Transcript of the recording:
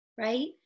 Right